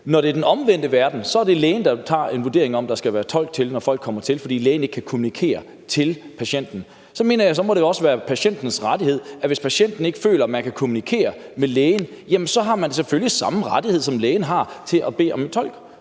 Når det er den omvendte verden, er det lægen der, der vurderer, om der skal være tolk til folk, der kommer hertil, fordi lægen ikke kan kommunikere til patienten. Så mener jeg, at patienten, hvis vedkommende ikke føler, at man kan kommunikere med lægen, selvfølgelig må have samme rettighed, som lægen har, til at bede om en tolk.